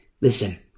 Listen